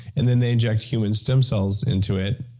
and then they inject human stem cells into it,